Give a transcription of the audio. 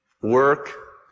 Work